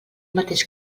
mateix